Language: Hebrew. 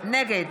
נגד